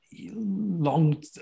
long